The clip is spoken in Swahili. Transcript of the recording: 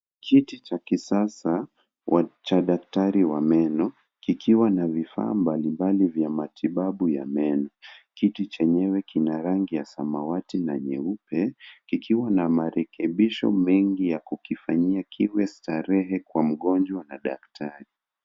Kiti cha kisasa, cha daktari wa meno, kikiwa na vifaa mbalimbali vya matibabu ya meno. Kiti chenyewe kina rangi ya samawati na nyeupe, kikiwa na marekebisho mengi ya kukifanyia kiwe staree kwa mgonjwa na daktari.